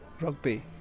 rugby